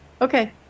Okay